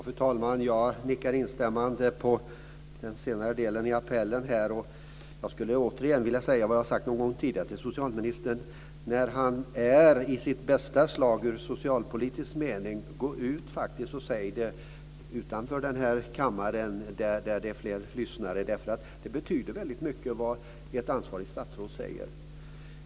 Fru talman! Jag nickar instämmande till den senare delen av appellen. Jag skulle återigen vilja säga vad jag någon gång tidigare har sagt till socialministern, att han med sitt bästa budskap i socialpolitisk mening faktiskt borde gå ut och föra fram det utanför den här kammaren i sammanhang där det är fler lyssnare. Det betyder väldigt mycket vad ett ansvarigt statsråd säger.